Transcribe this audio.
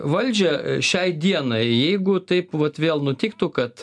valdžią šiai dienai jeigu taip vat vėl nutiktų kad